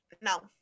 No